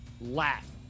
laugh